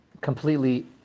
completely